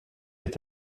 est